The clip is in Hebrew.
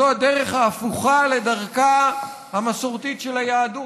זו הדרך ההפוכה לדרכה המסורתית של היהדות.